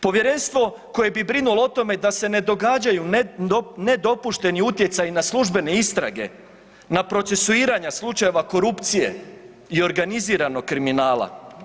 Povjerenstvo koje bi brinulo o tome da se ne događaju nedopušteni utjecaji na službene istrage, na procesuiranja slučajeva korupcije i organiziranog kriminala.